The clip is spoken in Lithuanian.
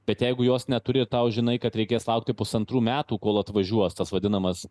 bet jeigu jos neturi ir tau žinai kad reikės laukti pusantrų metų kol atvažiuos tas vadinamas